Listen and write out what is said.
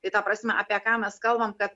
tai ta prasme apie ką mes kalbam kad